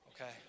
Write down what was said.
Okay